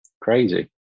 Crazy